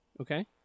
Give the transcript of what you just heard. Okay